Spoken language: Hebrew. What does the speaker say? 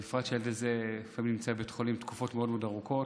בפרט כשהילד הזה לפעמים נמצא בבית חולים תקופות מאוד מאוד ארוכות.